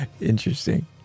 Interesting